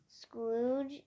Scrooge